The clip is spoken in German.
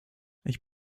ich